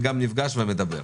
וגם נפגש ומדבר,